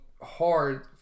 hard